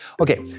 Okay